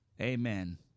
Amen